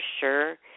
sure